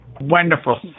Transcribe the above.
Wonderful